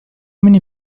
مني